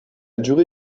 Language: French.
durée